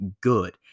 good